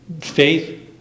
Faith